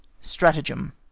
Stratagem